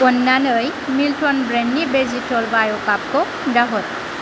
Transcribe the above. अन्नानै मिल्टन ब्रेन्डनि बेजितल बाय' गाबखौ दाहर